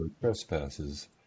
trespasses